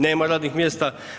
Nema radnih mjesta.